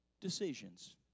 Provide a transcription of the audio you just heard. decisions